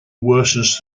worsens